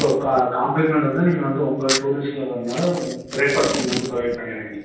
so கா compliment வந்து நீங்கள் வந்து உங்கள் டூரிஸ்ட்டில வரனால ப்ரேக் ஃபாஸ்ட் நீங்கள் வந்து ப்ரொவைட் பண்ணிடுறீங்க